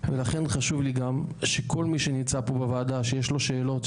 ולכן חשוב לי גם שכל מי שנמצא פה בוועדה שיש לו שאלות,